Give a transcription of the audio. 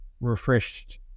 refreshed